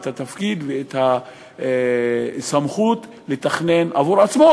את התפקיד ואת הסמכות לתכנן עבור עצמם,